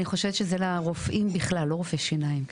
אני חושבת שזה לרופאים בכלל, לא רופאי שיניים.